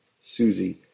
Susie